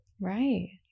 Right